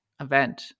event